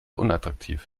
unattraktiv